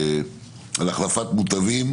על החלפת מוטבים.